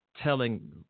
telling